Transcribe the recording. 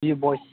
बि बयस